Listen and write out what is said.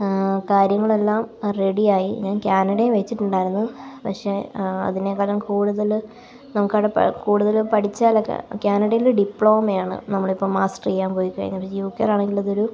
കാര്യങ്ങളെല്ലാം റെഡിയായി ഞാന് കാനഡയില് വെച്ചിട്ടുണ്ടായിരുന്നു പക്ഷേ അതിനേക്കാളും കൂടുതല് നമുക്കവിടെ പ കൂടുതല് പഠിച്ചാലൊക്കെ കാനഡയില് ഡിപ്ലോമയാണ് നമ്മളിപ്പം മാസ്റ്റർ ചെയ്യാൻ പോയിക്കഴിഞ്ഞാൽ യു കെ ആണെങ്കിൽ അതൊരു